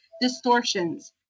Distortions